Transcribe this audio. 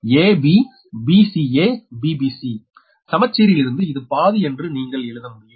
abbcabbc சமச்சீரிலிருந்து இது பாதி என்று நீங்கள் எழுத முடியும்